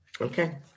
Okay